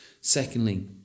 Secondly